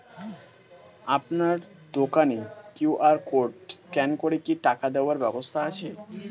আপনার দোকানে QR code scan করে কি টাকা দেওয়ার ব্যবস্থা আছে?